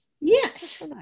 yes